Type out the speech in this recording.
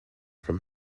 from